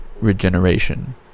regeneration